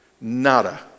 Nada